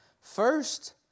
First